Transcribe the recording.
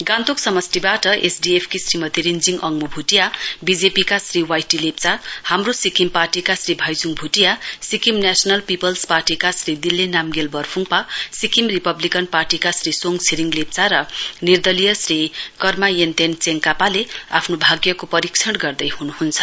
गान्तोक समष्टिबाट SDF SDF की श्रीमती रिश्विङ अङ्मु भुटिया बीजेपी का श्री वाईटीलेप्चा हाम्रो सिक्किम पार्टीका श्री भाईचुङ भूटिया सिक्किम नेशनल पीपल्स पार्टीका श्री दिले नामग्याल बर्फुङपा सिक्किम रिपब्लिकन पार्टीका श्री सोङ छिरिङ लेप्चा र निर्दलीय श्री कर्मा चेन्तेन चेन्कापाले आफ्नो भाग्यको पारीक्षण गर्दैहनुहुन्छ